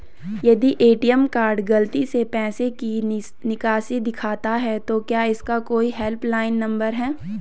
यदि ATM card गलती से पैसे की निकासी दिखाता है तो क्या इसका कोई हेल्प लाइन नम्बर है?